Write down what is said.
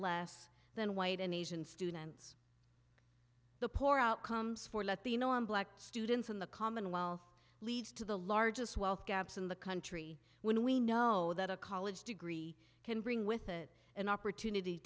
less than white and asian students the poor outcomes for latino and black students in the commonwealth leads to the largest wealth gaps in the country when we know that a college degree can bring with it an opportunity